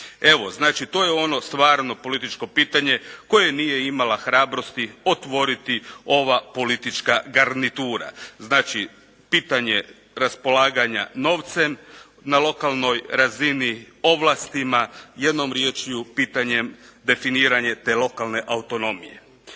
Evo znači to je ono stvarno političko pitanje koje nije imala hrabrosti otvoriti ova politička garnitura. Znači pitanje raspolaganja novcem na lokalnoj razini, ovlastima, jednom riječju pitanjem definiranje te lokalne autonomije.